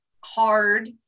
hard